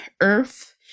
Earth